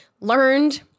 learned